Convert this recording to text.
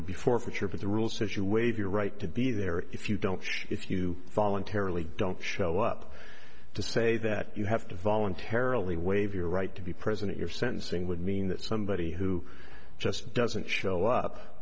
would be forfeiture but the rule says you waive your right to be there if you don't if you voluntarily don't show up to say that you have to voluntarily waive your right to be present your sentencing would mean that somebody who just doesn't show up